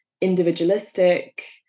individualistic